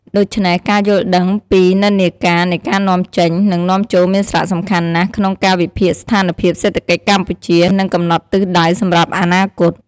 ដូច្នេះ ការយល់ដឹងពីនិន្នាការនៃការនាំចេញ និងនាំចូលមានសារៈសំខាន់ណាស់ក្នុងការវិភាគស្ថានភាពសេដ្ឋកិច្ចកម្ពុជា និងកំណត់ទិសដៅសម្រាប់អនាគត។